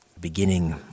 beginning